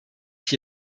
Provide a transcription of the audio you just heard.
ich